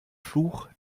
fluch